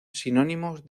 sinónimos